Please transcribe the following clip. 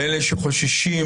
לאלה שחוששים